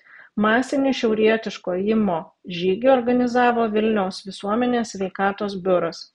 masinį šiaurietiško ėjimo žygį organizavo vilniaus visuomenės sveikatos biuras